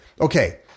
Okay